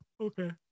okay